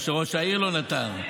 או שראש העיר לא נתן.